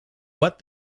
what